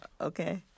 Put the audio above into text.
Okay